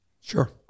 Sure